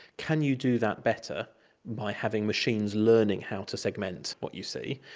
can you do that better by having machines learning how to segment what you see.